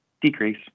decrease